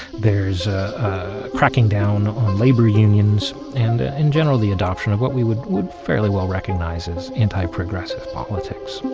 there's a cracking down on labor unions. and in general, the adoption of what we would would fairly well recognize as anti-progressive politics.